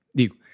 digo